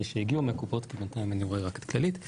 מי שהגיעו מהקופות כי בינתיים אני רואה רק את כללית,